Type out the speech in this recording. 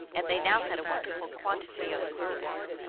and they now had a wonderful quantity of furs.